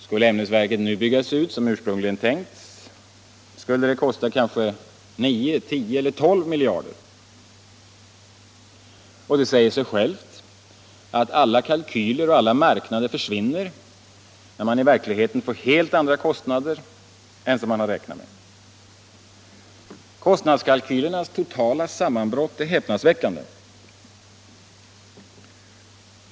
Skulle ämnesverket nu byggas ut så som ursprungligen tänkts, skulle det kosta 9, 10 eller kanske 12 miljarder kronor. Det säger sig självt att alla kalkyler och alla marknader försvinner när man i verkligheten får helt andra kostnader än man räknat med. Kostnadskalkylernas totala sammanbrott är häpnadsväckande.